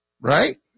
Right